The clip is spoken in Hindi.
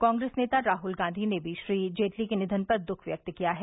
कांग्रेस नेता राहुल गांधी ने मी श्री जेटली के निवन पर दुख व्यक्त किया है